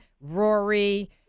Rory